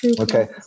Okay